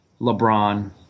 LeBron